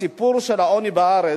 שהסיפור של העוני בארץ,